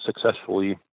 successfully